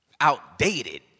outdated